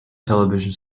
television